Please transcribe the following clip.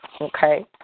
okay